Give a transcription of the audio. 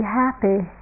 happy